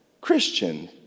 Christian